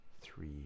three